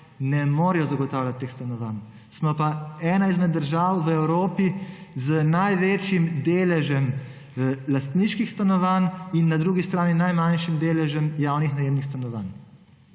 ne morejo zagotavljati teh stanovanj. Smo pa ena izmed držav v Evropi z največjimi deleži lastniških stanovanj in na drugi strani najmanjšimi deleži javnih najemnih stanovanj.